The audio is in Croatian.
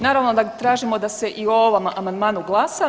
Naravno da tražimo da se i o ovom amandmanu glasa.